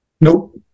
Nope